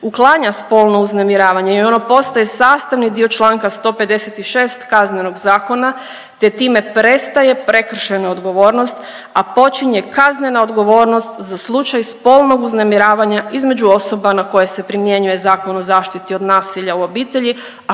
uklanja spolno uznemiravanja i ono postaje sastavni dio čl. 156 Kaznenog zakona te time prestaje prekršajna odgovornost, a počinje kaznena odgovor za slučaj spolnog uznemiravanja između osoba na koje se primjenjuje Zakon o zaštiti od nasilja u obitelji,